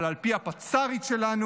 אבל על פי הפצ"רית שלנו,